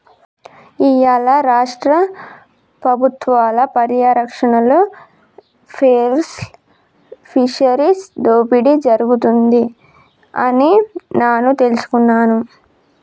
ఇయ్యాల రాష్ట్ర పబుత్వాల పర్యారక్షణలో పేర్ల్ ఫిషరీస్ దోపిడి జరుగుతుంది అని నాను తెలుసుకున్నాను